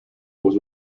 was